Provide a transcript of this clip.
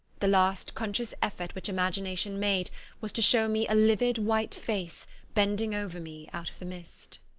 the last conscious effort which imagination made was to show me a livid white face bending over me out of the mist.